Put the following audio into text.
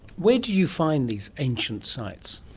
where do you find these ancient sites?